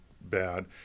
bad